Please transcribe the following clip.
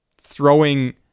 throwing